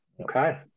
okay